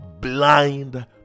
blind